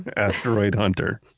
asteroid hunter